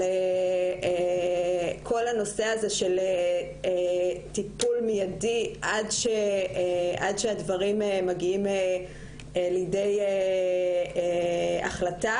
כל הנושא של טיפול מיידי עד שהדברים מגיעים לידי החלטה,